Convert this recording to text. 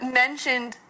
mentioned